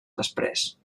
després